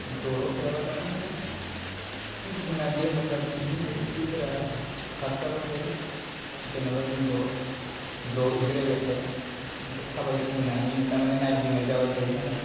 दलर थायाबा थारमाने जोंना देहाफ्रा थिगैनो थायो थैफोरा खारसारबाय थायो जेनोबा जों दलर ज' जिरायबाय थाया एसे थाबायथिंनानै थारमाने नायदिंनाय जाबाय थायो नालाय